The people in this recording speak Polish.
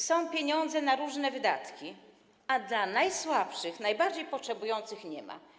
Są pieniądze na różne wydatki, a dla najsłabszych, najbardziej potrzebujących nie ma.